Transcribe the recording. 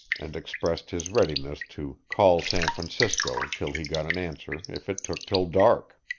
and expressed his readiness to call san francisco till he got an answer if it took till dark.